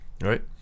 right